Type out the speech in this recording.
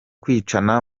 kwicana